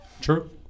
True